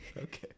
okay